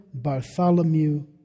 Bartholomew